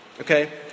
Okay